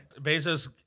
Bezos